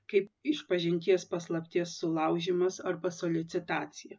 kaip išpažinties paslapties sulaužymas arba soliucitacija